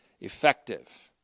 Effective